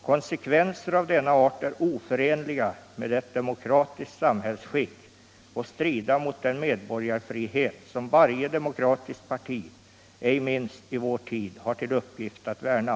Konsekvenser av denna art äro oförenliga med ett demokratiskt samhällsskick och strida mot den medborgarfrihet, som varje demokratiskt parti ej minst i vår tid har till uppgift att värna.